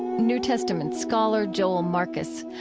new testament scholar joel marcus.